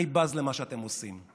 אני בז למה שאתם עושים,